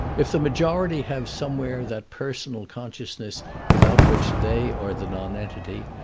if the majority have somewhere that personal consciousness without which they are the nonentity,